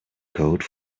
code